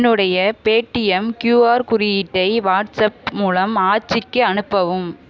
என்னுடைய Paytm QR குறியீட்டை WhatsApp மூலம் ஆச்சிக்கு அனுப்பவும்